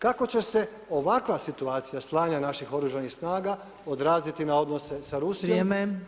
Kako će se ovakva situacija slanja naših Oružanih snaga odraziti na odnose sa Rusijom?